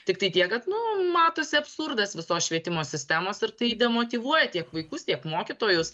tiktai tiek kad nu matosi absurdas visos švietimo sistemos ir tai demotyvuoja tiek vaikus tiek mokytojus